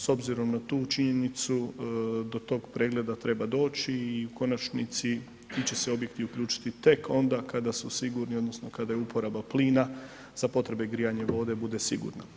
S obzirom na tu činjenicu, do tog pregleda treba doći i u konačnici ti će se objekti uključiti tek onda kada su sigurni odnosno kada je uporaba plina za potrebe grijanje vode bude sigurna.